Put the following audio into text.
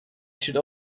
should